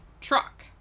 truck